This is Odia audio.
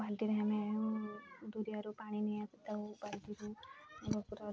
ବାଲ୍ଟି ରେ ଆମେ ଦୁରିଆରୁ ପାଣି ବାଲ୍ଟି ରୁ